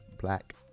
black